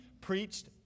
preached